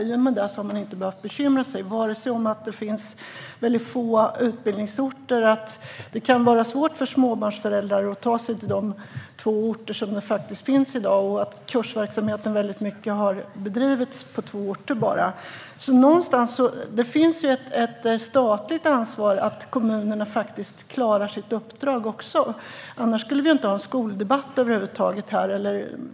I och med detta har man inte behövt bekymra sig om att utbildningsorterna är väldigt få. Det kan vara svårt för småbarnsföräldrar att ta sig till de två orter som finns i dag. Kursverksamheten har bara bedrivits på två orter. Det finns ett statligt ansvar för att kommunerna ska klara sitt uppdrag. Annars skulle vi inte ha en skoldebatt över huvud taget.